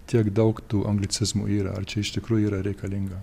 tiek daug tų anglicizmų yra ar čia iš tikrųjų yra reikalinga